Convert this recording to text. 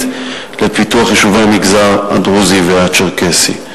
לפיתוח יישובי המגזר הדרוזי והצ'רקסי.